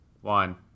one